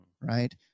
Right